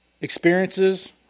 experiences